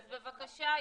בבקשה,